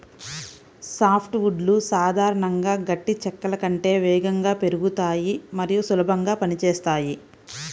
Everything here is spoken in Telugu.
సాఫ్ట్ వుడ్లు సాధారణంగా గట్టి చెక్కల కంటే వేగంగా పెరుగుతాయి మరియు సులభంగా పని చేస్తాయి